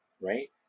right